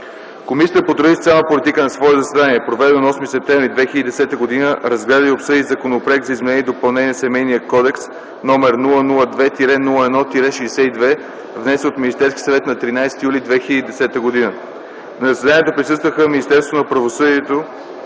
Комисията по труда и социалната политика на свое заседание, проведено на 8 септември 2010 г., разгледа и обсъди Законопроект за изменение и допълнение на Семейния кодекс, № 002-01-62, внесен от Министерския съвет на 13 юли 2010 г. На заседанието присъстваха: от Министерството на правосъдието